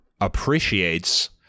appreciates